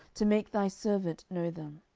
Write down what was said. to make thy servant know them.